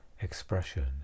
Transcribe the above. expression